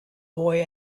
boy